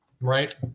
Right